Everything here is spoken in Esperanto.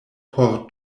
por